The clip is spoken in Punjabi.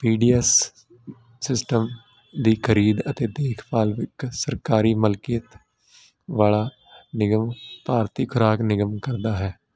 ਪੀਡੀਐਸ ਸਿਸਟਮ ਦੀ ਖਰੀਦ ਅਤੇ ਦੇਖਭਾਲ ਵਿਕ ਸਰਕਾਰੀ ਮਲਕੀਅਤ ਵਾਲਾ ਨਿਗਮ ਭਾਰਤੀ ਖੁਰਾਕ ਨਿਗਮ ਕਰਦਾ ਹੈ